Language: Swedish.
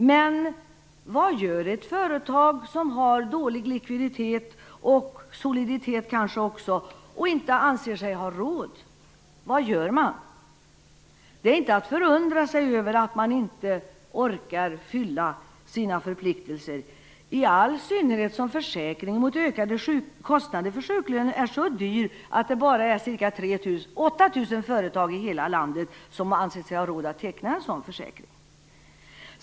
Men vad gör ett företag som har dålig likviditet, kanske också soliditet, och som inte anser sig ha råd? Det är inte att förundra sig över att man inte orkar fylla sina förpliktelser, i all synnerhet som försäkringen mot ökade kostnader för sjuklön är så dyr att endast 8 000 företag i hela landet har ansett sig ha råd att teckna en sådan försäkring.